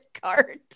cart